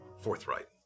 forthright